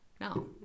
No